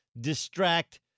distract